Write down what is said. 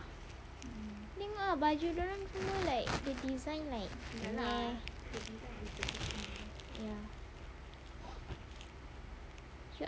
tengok ah baju dorang semua like design like meh ya